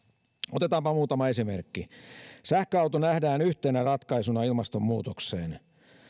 otetaanpa muutama esimerkki sähköauto nähdään yhtenä ratkaisuna ilmastonmuutokseen